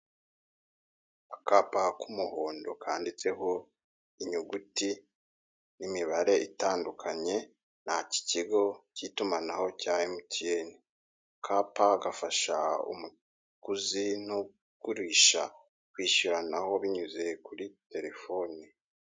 Akapa k'umuhondo kanditseho inyuguti n'imibare itandukanye n'ak'ikigo cy'itumanaho cya MTN, akapa gafasha umuguzi n'ugurisha kwishyuranaho binyuze kuri terefoni.